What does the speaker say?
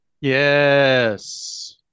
Yes